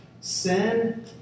sin